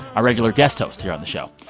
our regular guest host here on the show.